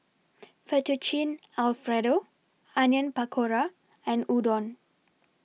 Fettuccine Alfredo Onion Pakora and Udon